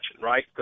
right